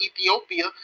Ethiopia